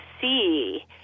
see